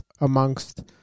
amongst